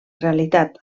realitat